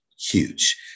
Huge